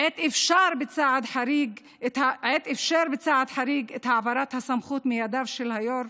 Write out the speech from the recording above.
עת אפשר בצעד חריג את העברת הסמכות מידיו של היו"ר